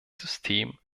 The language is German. system